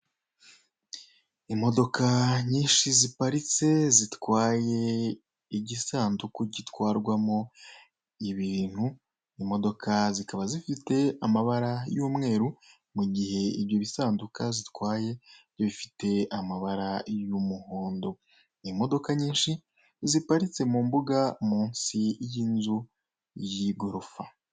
Imodoka nyinshi ziparitse zitwaye igisanduku gitwarwamo ibintu, imodoka zikaba zifite amabara y'umweru, mu gihe ibyo bisanduku zitwaye bifite amabara y'umuhondo. Imodoka nyinshi ziparitse mu mbuga, munsi y'inzu y'igorofa.